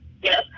Yes